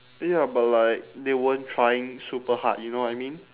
ya but like they weren't trying super hard you know what I mean